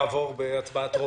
היא יכולה לעבור בהצבעה טרומית